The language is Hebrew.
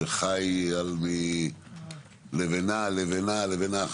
שחי מלבנה על לבנה על לבנה.